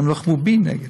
הם נלחמו בי, נגד.